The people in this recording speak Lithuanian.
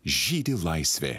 žydi laisvė